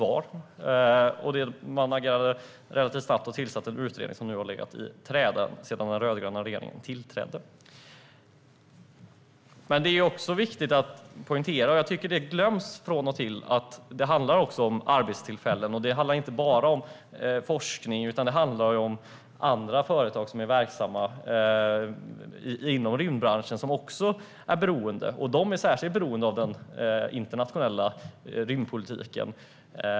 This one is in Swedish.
Alliansen reagerade relativt snabbt och tillsatte en utredning, som nu har legat i träda sedan den rödgröna regeringen tillträdde. Men det är också viktigt att poängtera att det även handlar om arbetstillfällen, vilket jag tycker glöms från och till. Det handlar inte bara om forskning, utan även om andra företag som är verksamma inom rymdbranschen och som också är beroende. De är särskilt beroende av den internationella rymdpolitiken.